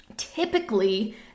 typically